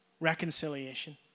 Reconciliation